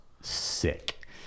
Sick